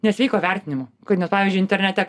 nesveiko vertinimo nes pavyzdžiui internete